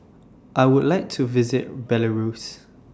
I Would like to visit Belarus